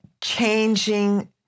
changing